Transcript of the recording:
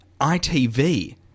ITV